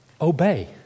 Obey